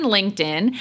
LinkedIn